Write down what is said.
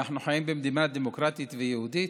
אנחנו חיים במדינה דמוקרטית ויהודית.